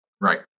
Right